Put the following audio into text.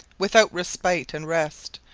without respite and rest,